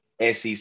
SEC